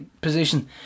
position